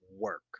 work